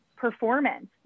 performance